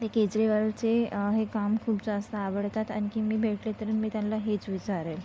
ते केजरीवालचे हे काम खूप जास्त आवडतात आणखी मी भेटले तर मी त्यांना हेच विचारेन